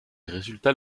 résultats